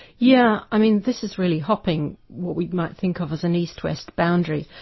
yeah i mean this is really hopping what we might think of of an east west boundary.